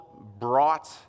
brought